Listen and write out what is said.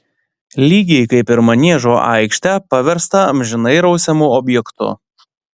lygiai kaip ir maniežo aikštę paverstą amžinai rausiamu objektu